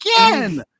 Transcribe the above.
again